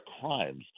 crimes